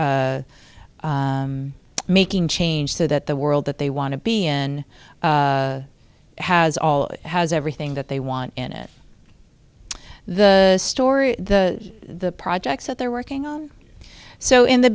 making change so that the world that they want to be in has all has everything that they want in it the story the the projects that they're working on so in the